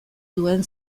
duen